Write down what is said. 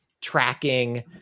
tracking